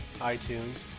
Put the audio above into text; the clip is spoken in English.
iTunes